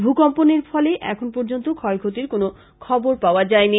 ভূকম্পনের ফলে এখন পর্যন্ত ক্ষয়ক্ষতির কোনো খবর পাওয়া যায়নি